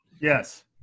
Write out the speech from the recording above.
Yes